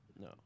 No